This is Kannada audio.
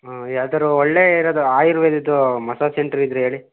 ಹಾಂ ಯಾವ್ದಾದ್ರೂ ಒಳ್ಳೆಯ ಇರೋದು ಆಯುರ್ವೇದದ್ದು ಮಸಾಜ್ ಸೆಂಟ್ರ್ ಇದ್ದರೆ ಹೇಳಿ